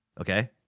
Okay